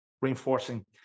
reinforcing